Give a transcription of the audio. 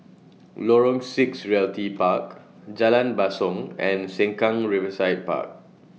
Lorong six Realty Park Jalan Basong and Sengkang Riverside Park